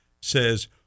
says